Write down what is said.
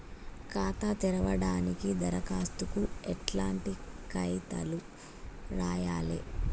ఖాతా తెరవడానికి దరఖాస్తుకు ఎట్లాంటి కాయితాలు రాయాలే?